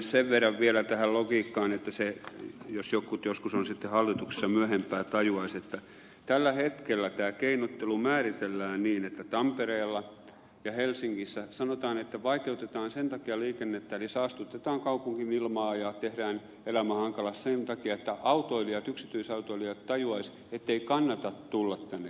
sen verran vielä tähän logiikkaan jos jotkut sitten hallituksessa myöhempään tajuaisivat että tällä hetkellä tämä keinottelu määritellään niin että tampereella ja helsingissä sanotaan että vaikeutetaan liikennettä eli saastutetaan kaupungin ilmaa ja tehdään elämä hankalaksi sen takia että yksityisautoilijat tajuaisivat ettei kannata tulla tänne keskustaan